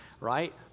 right